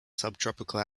subtropical